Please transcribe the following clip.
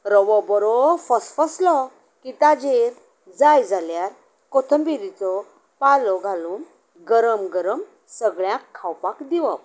रवो बरो फसफसलो की ताजेर जाय जाल्यार कोथंबिरीचो पालो घालून गरम गरम सगळ्यांक खावपाक दिवप